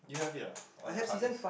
you have it ah on your hard disc